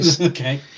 Okay